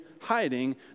hiding